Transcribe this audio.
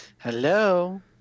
Hello